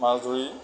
মাছ ধৰি